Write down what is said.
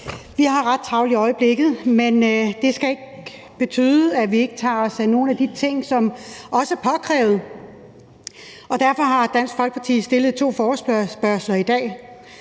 Vi har ret travlt i øjeblikket, men det skal ikke betyde, at vi ikke tager os af nogle af de ting, som også påkræves. Og derfor har Dansk Folkeparti stillet to forespørgsler i dag.